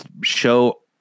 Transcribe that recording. show